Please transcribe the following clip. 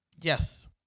Yes